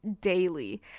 daily